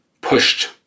pushed